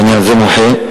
ועל זה אני מוחה,